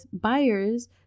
buyers